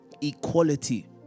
equality